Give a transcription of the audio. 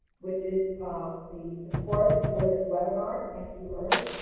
which is the support for this webinar. thank you, earn.